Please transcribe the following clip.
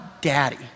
daddy